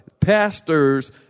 Pastors